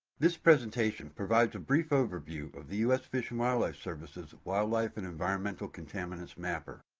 this presentation provides a brief overview of the u s. fish and wildlife service's wildlife and environmental contaminants mapper.